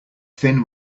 fin